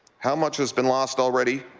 how much has been lost already?